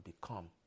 become